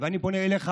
ואני קורא אליך,